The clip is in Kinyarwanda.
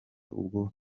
ubwo